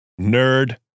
nerd